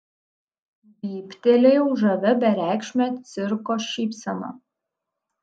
vyptelėjau žavia bereikšme cirko šypsena